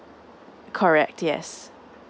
correct yes